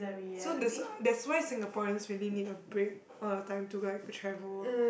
so that's why that's why Singaporeans really need a break or a time to like travel